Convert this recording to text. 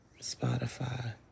Spotify